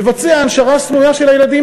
מבצע הנשרה סמויה של הילדים.